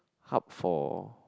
hub for